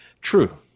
True